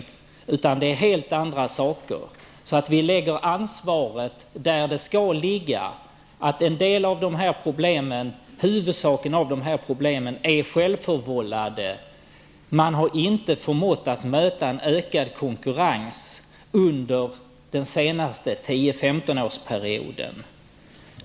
Vi bör lägga ansvaret där det skall ligga, då huvuddelen av problemen är självförvållade. Man har inte förmått möta en ökad konkurrens under den senaste 10--15-årsperioden.